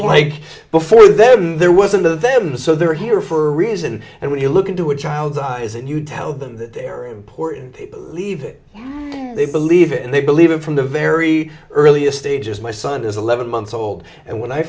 like before that there wasn't a them so they're here for a reason and when you look into a child's eyes and you tell them that there are important people leave it they believe it and they believe it from the very earliest stages my son is eleven months old and when i